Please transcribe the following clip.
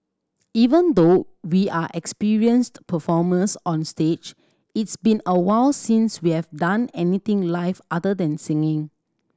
even though we are experienced performers on stage it's been a while since we have done anything live other than singing